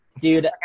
Dude